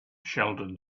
sheldon